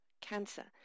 cancer